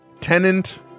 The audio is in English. Tenant